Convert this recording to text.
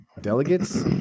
delegates